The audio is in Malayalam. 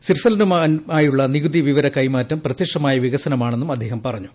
സ്വിറ്റ്സർലന്റുമായുള്ള നികുതി വിവര കൈമാറ്റം പ്രത്യക്ഷമായ വികസനമാണെന്നും അദ്ദേഹം പറഞ്ഞു